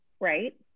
right